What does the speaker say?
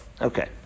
Okay